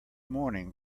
morning